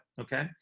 okay